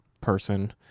person